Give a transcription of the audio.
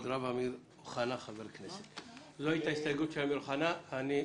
זו הייתה ההסתייגות של חבר הכנסת אמיר אוחנה.